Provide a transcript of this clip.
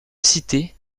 cité